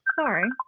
sorry